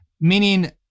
Meaning